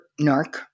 narc